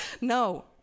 No